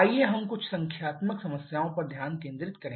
आइए हम कुछ संख्यात्मक समस्याओं पर ध्यान केंद्रित करें